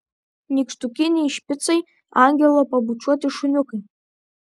nykštukiniai špicai angelo pabučiuoti šuniukai